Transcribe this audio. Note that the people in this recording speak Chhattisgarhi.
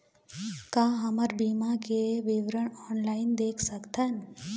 का हमर बीमा के विवरण ऑनलाइन देख सकथन?